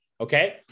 Okay